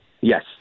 Yes